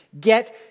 Get